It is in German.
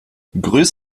grüß